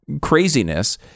craziness